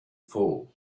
fall